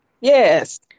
Yes